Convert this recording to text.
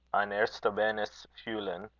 ein erstorbenes fuhlen,